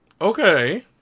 Okay